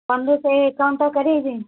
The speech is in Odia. ତୁମର କ'ଣ ତରକାରୀ ହୋଇଛି